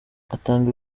atanga